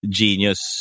genius